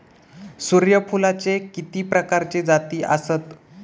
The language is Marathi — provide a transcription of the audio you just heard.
सूर्यफूलाचे किती प्रकारचे जाती आसत?